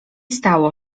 stało